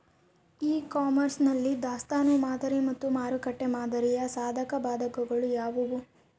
E commerce ನಲ್ಲಿ ದಾಸ್ತನು ಮಾದರಿ ಮತ್ತು ಮಾರುಕಟ್ಟೆ ಮಾದರಿಯ ಸಾಧಕಬಾಧಕಗಳು ಯಾವುವು?